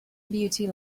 beauty